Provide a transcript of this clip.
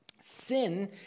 Sin